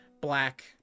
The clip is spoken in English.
black